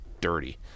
dirty